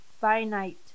finite